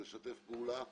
לשתף פעולה,